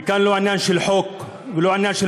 כאן זה לא עניין של חוק ולא עניין של